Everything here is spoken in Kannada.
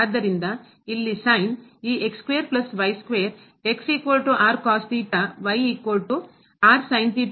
ಆದ್ದರಿಂದ ಇಲ್ಲಿ sin ಈ ರೂಪಾಂತರದಿಂದ ಆಗಿರುತ್ತದೆ